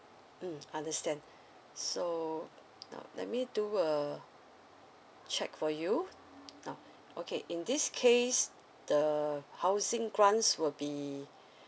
mm understand so now let me do a check for you now okay in this case the housing grants will be